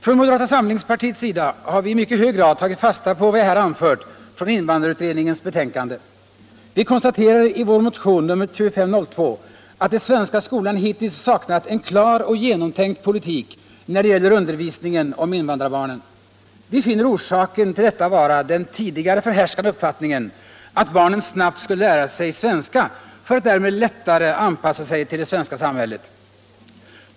Från moderata samlingspartiet har vi i mycket hög grad tagit fasta på vad jag här anfört från invandrarutredningens betänkande. Vi konstaterar i vår motion 2502 att den svenska skolan hittills saknat en klar och genomtänkt politik när det gäller undervisningen av invandrarbarnen. Vi finner orsaken till detta vara den tidigare förhärskande uppfattningen att barnen snabbt skulle lära sig svenska för att därmed lättare anpassa sig till det svenska samhället.